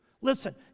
Listen